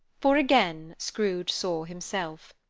for again scrooge saw himself.